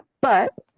but